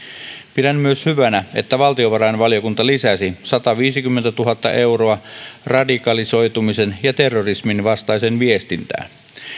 pidän hyvänä myös että valtiovarainvaliokunta lisäsi sataviisikymmentätuhatta euroa radikalisoitumisen ja terrorismin vastaiseen viestintään